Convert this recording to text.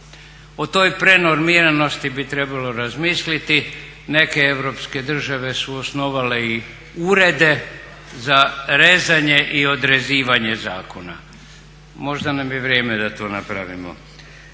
O toj prenormiranosti bi trebalo razmisliti. Neke europske države su osnovale i urede za rezanje i odrezivanje zakona. Možda nam je vrijeme da to napravimo.